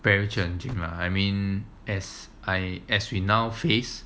very challenging lah I mean as I as we now face